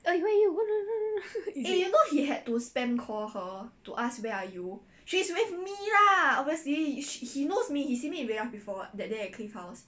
eh where are you